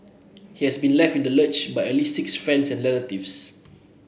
he has been left in the lurch by at least six friends and relatives